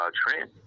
trend